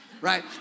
right